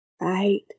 Right